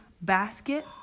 basket